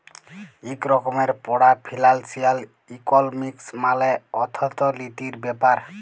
ইক রকমের পড়া ফিলালসিয়াল ইকলমিক্স মালে অথ্থলিতির ব্যাপার